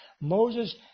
Moses